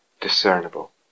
discernible